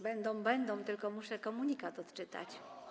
Będą, będą, tylko muszę komunikat odczytać.